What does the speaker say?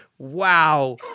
Wow